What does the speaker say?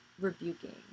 rebuking